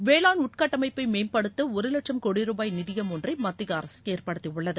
வேளாண் உட்கட்டமைப்பை மேம்படுத்த ஒரு வட்சம் கோடி ரூபாய் நிதியம் ஒன்றை மத்திய அரசு ஏற்படுத்தியுள்ளது